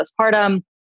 postpartum